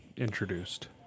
Introduced